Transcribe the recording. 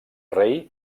rei